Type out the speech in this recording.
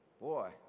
Boy